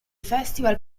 festival